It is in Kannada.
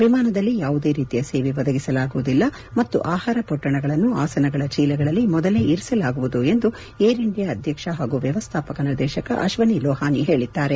ವಿಮಾನದಲ್ಲಿ ಯಾವುದೇ ರೀತಿಯ ಸೇವೆ ಒದಗಿಸಲಾಗುವುದಿಲ್ಲ ಮತ್ತು ಆಹಾರ ಪೊಟ್ಟಣಗಳನ್ನು ಆಸನಗಳ ಚೀಲಗಳಲ್ಲಿ ಮೊದಲೇ ಇರಿಸಲಾಗುವುದು ಎಂದು ಏರ್ ಇಂಡಿಯಾ ಅಧ್ಯಕ್ಷ ಹಾಗೂ ವ್ಯವಸ್ಥಾಪಕ ನಿರ್ದೇಶಕ ಅಶ್ವಾ ಲೋಹಾನಿ ಹೇಳಿದ್ದಾರೆ